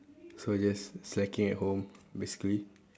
so just slacking at home basically